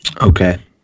Okay